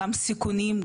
גם סיכונים,